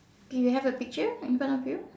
do you have a picture like in front of you